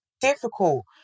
difficult